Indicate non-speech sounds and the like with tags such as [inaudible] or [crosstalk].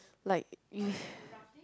like like [breath]